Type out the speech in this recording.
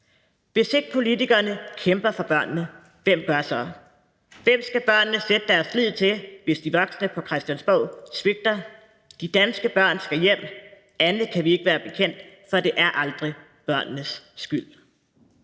Hvis ikke politikerne kæmper for børnene, hvem gør så? Hvem skal børnene sætte deres lid til, hvis de voksne på Christiansborg svigter? De danske børn skal hjem, andet kan vi ikke være bekendt, for det er aldrig børnenes skyld.